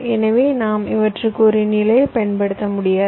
எனவே நாம் அவற்றிற்கு ஒரு நிலையை பயன்படுத்த முடியாது